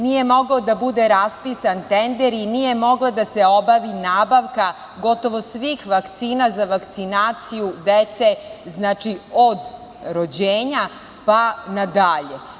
Nije mogao da bude raspisan tender i nije mogla da se obavi nabavka gotovo svih vakcina za vakcinaciju dece, od rođenja pa na dalje.